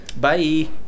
Bye